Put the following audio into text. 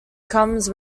comes